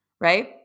right